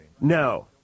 No